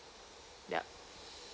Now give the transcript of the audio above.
yup